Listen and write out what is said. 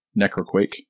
Necroquake